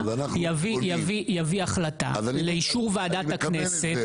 יביא החלטה לאישור ועדת הכנסת,